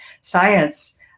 science